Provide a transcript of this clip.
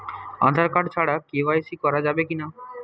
Aadhaar card ছাড়া কে.ওয়াই.সি করা যাবে কি না?